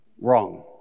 Wrong